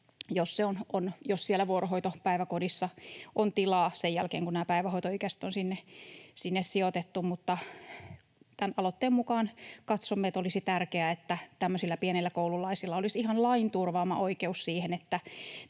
vuorohoitopäiväkodissa on tilaa sen jälkeen, kun nämä päivähoitoikäiset on sinne sijoitettu. Mutta tämän aloitteen mukaan katsomme, että olisi tärkeää, että tämmöisillä pienillä koululaisilla olisi ihan lain turvaama oikeus siihen,